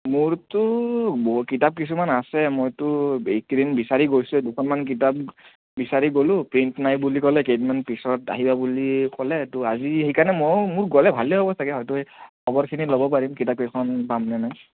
মোৰতো ব কিতাপ কিছুমান আছে মইতো এইকেইদিন বিচাৰি গৈছোয়ে দুখনমান কিতাপ বিচাৰি গ'লো প্ৰিন্ট নাই বুলি ক'লে কেইদিনমান পিছত আহিবা বুলি ক'লে ত' আজি সেইকাৰণে মই মোৰ গ'লে ভালে হ'ব চাগে হয়টো খবৰখিনি ল'ব পাৰিম কিতাপ কেইখন পাম নে নাই